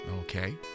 Okay